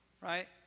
right